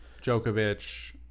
Djokovic